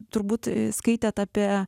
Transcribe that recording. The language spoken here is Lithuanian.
turbūt skaitėt apie